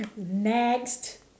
next